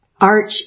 arch